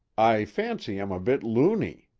i fancy i'm a bit loony.